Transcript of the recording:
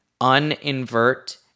uninvert